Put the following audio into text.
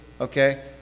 Okay